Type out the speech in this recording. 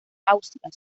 austria